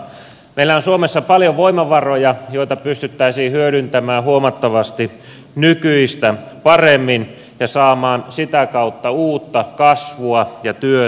meillä on suomessa paljon voimavaroja joita pystyttäisiin hyödyntämään huomattavasti nykyistä paremmin ja saamaan sitä kautta uutta kasvua ja työtä tähän maahan